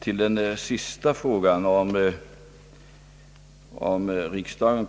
Herr talman!